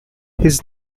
his